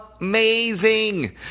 Amazing